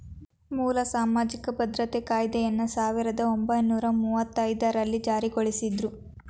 ಮೂಲ ಸಾಮಾಜಿಕ ಭದ್ರತಾ ಕಾಯ್ದೆಯನ್ನ ಸಾವಿರದ ಒಂಬೈನೂರ ಮುವ್ವತ್ತಐದು ರಲ್ಲಿ ಜಾರಿಗೊಳಿಸಿದ್ರು